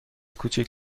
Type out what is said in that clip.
کوچک